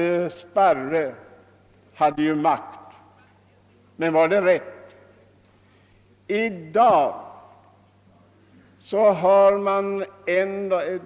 Sparre hade makten, och därmed hade han rätten.